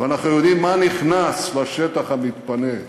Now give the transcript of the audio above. ואנחנו יודעים מה נכנס לשטח המתפנה: